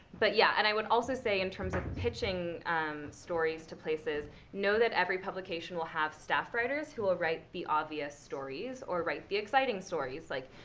but yeah. and i would also say, in terms of pitching stories to places, know that every publication will have staff writers who will write the obvious stories or write the exciting stories. like,